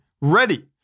ready